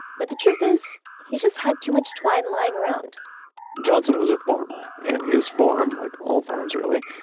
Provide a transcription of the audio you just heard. but the truth is, he just had too much twine lying around johnson was a farmer, and his farm, like all farms really,